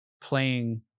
playing